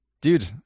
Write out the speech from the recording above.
Dude